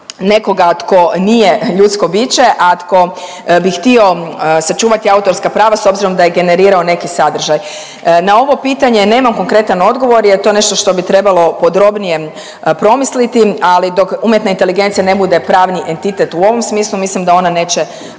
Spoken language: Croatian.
nekoga tko nije ljudsko biće, a tko bi htio sačuvati autorska prava s obzirom da je generirao neki sadržaj. Na ovo pitanje nemam konkretan odgovor, jer je to nešto što bi trebalo podrobnije promisliti. Ali dok umjetna inteligencija ne bude pravni entitet u ovom smislu mislim da ona neće